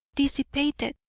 dissipated,